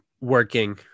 working